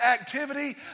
activity